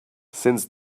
since